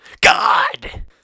God